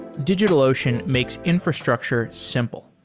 digitalocean makes infrastructure simple.